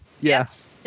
yes